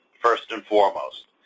first and foremost,